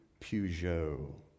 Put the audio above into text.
Peugeot